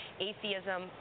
atheism